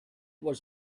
was